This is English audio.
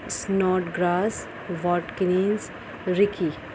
snot grass watkins ricky